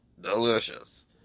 Delicious